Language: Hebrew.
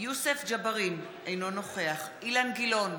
יוסף ג'בארין, אינו נוכח אילן גילאון,